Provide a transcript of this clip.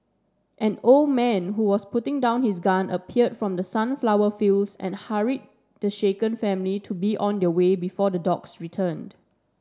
an old man who was putting down his gun appeared from the sunflower fields and hurried the shaken family to be on their way before the dogs return